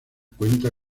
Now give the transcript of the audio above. cuenta